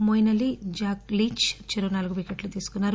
Moeen Ali Jack Leach చెరో నాలుగు వికెట్లు తీసుకున్నారు